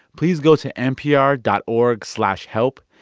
please go to npr dot org slash help.